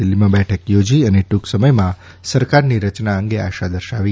દિલ્હીમાં બેઠક યોજી અને ટૂંક સમયમાં સરકારની રચના અંગે આશા દર્શાવી